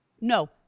No